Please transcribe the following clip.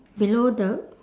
below the